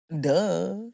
duh